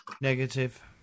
Negative